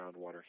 groundwater